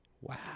wow